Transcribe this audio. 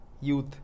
Youth